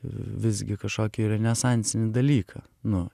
visgi kažkokį renesansinį dalyką nu